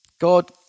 God